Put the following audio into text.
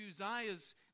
Uzziah's